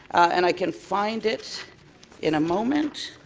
and i can find it in a moment.